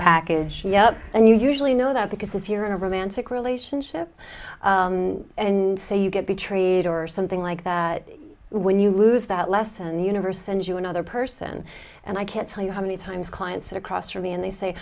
package and you usually know that because if you're in a romantic relationship and say you get betrayed or something like that when you lose that lesson the universe and you another person and i can't tell you how many times clients are crossed for me and they say